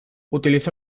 utiliza